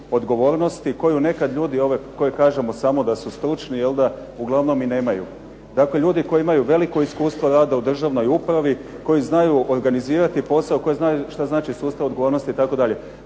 koju nekad ljudi ovdje koje kažemo da su samo stručni uglavnom i nemaju. Dakle, ljudi koji imaju veliko iskustvo rada u državnoj upravi, koji znaju organizirati posao, koji znaju što znači sustav odgovornosti itd.